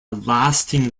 lasting